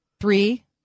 Three